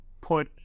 put